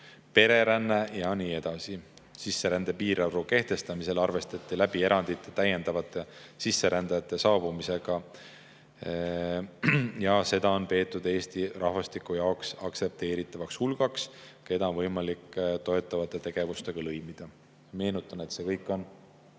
pereränne ja nii edasi. Sisserände piirarvu kehtestamisel arvestati täiendavate sisserändajatega, kes erandite alusel saabuvad, ja seda on peetud Eesti rahvastiku jaoks aktsepteeritavaks hulgaks, keda on võimalik toetavate tegevustega lõimida. Meenutan, et see kõik on